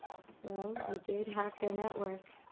well, you did hack their network.